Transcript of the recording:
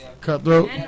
Cutthroat